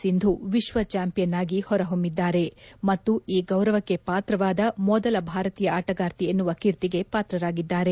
ಸಿಂಧು ವಿಶ್ವ ಚಾಂಪಿಯನ್ ಆಗಿ ಹೊರಹೊಮ್ಮಿದ್ದಾರೆ ಮತ್ತು ಈ ಗೌರವಕ್ಕೆ ಪಾತ್ರವಾದ ಮೊದಲ ಭಾರತೀಯ ಆಟಗಾರ್ತಿ ಎನ್ನುವ ಕೀರ್ತಿಗೆ ಪಾತ್ರರಾಗಿದ್ದಾರೆ